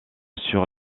sur